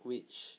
which